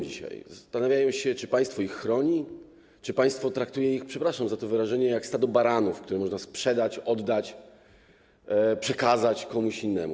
Zastanawiają się, czy państwo ich chroni, czy państwo traktuje ich - przepraszam za to wyrażenie - jak stado baranów, które można sprzedać, oddać, przekazać komuś innemu.